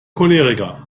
choleriker